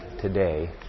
today